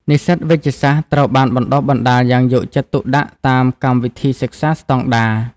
និស្សិតវេជ្ជសាស្ត្រត្រូវបានបណ្ដុះបណ្ដាលយ៉ាងយកចិត្តទុកដាក់តាមកម្មវិធីសិក្សាស្តង់ដារ។